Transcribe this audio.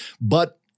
But-